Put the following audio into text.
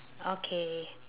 okay